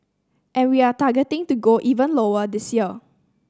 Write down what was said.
and we are targeting to go even lower this year